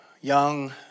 young